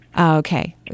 Okay